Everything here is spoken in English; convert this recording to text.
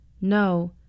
No